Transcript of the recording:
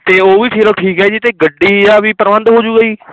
ਅਤੇ ਉਹ ਵੀ ਚਲੋ ਠੀਕ ਹੈ ਜੀ ਅਤੇ ਗੱਡੀ ਦਾ ਵੀ ਪ੍ਰਬੰਧ ਹੋਜੂਗਾ ਜੀ